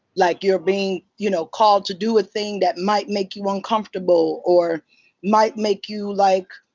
like you're being you know called to do a thing that might make you uncomfortable. or might make you, like,